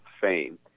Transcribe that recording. fame